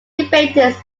debaters